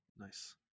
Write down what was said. nice